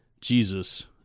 Jesus